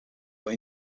but